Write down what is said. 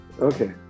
okay